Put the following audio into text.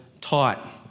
taught